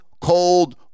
cold